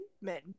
men